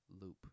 loop